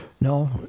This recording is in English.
no